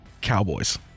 Cowboys